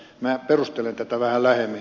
minä perustelen tätä vähän lähemmin